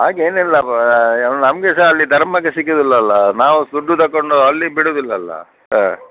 ಹಾಗೇನಿಲ್ಲಪ್ಪ ನಮಗೆ ಸಹ ಅಲ್ಲಿ ಧರ್ಮಕ್ಕೆ ಸಿಗೋದಿಲ್ಲಲ್ಲ ನಾವು ದುಡ್ಡು ತಗೊಂಡು ಅಲ್ಲಿ ಬಿಡುವುದಿಲ್ಲಲ್ಲ ಹಾಂ